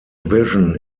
vision